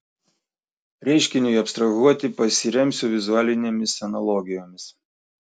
reiškiniui abstrahuoti pasiremsiu vizualinėmis analogijomis